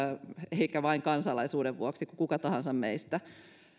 eivätkä vain kansalaisuuden vuoksi kuin kuka tahansa meistä